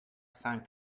sank